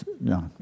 No